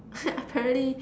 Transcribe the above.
apparently